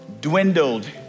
dwindled